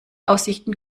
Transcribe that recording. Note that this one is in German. aussichten